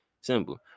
simple